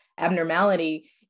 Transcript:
abnormality